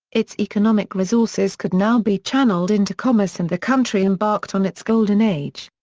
its economic resources could now be channeled into commerce and the country embarked on its golden age.